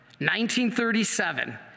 1937